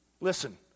Listen